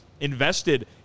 invested